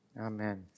amen